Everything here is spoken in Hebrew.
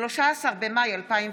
13 במאי 2020,